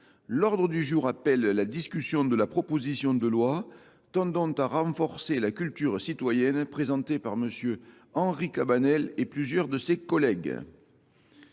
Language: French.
L'Ordre du jour appelle la discussion de la proposition de loi tendante à renforcer la culture citoyenne présentée par M. Henri Cabanel et plusieurs de ses collègues.